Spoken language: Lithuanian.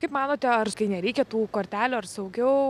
kaip manote ar nereikia tų kortelių ar saugiau